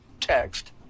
Text